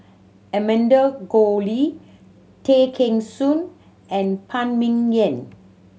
Amanda Koe Lee Tay Kheng Soon and Phan Ming Yen